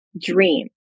dream